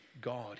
God